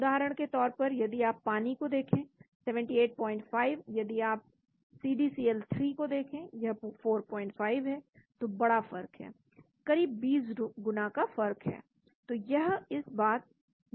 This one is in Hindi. उदाहरण के तौर पर यदि आप पानी को देखें 785 यदि आप CDCl3 को देखें यह 45 है तो बड़ा फर्क करीब 20 गुना का फर्क है